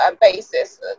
basis